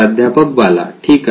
प्राध्यापक बाला ठीक आहे